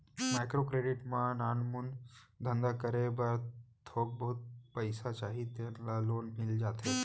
micro credit म नानमुन धंधा करे बर थोक बहुत पइसा चाही तेन ल लोन मिल जाथे